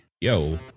yo